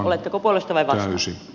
oletteko puolesta vai vastaan